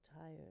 tired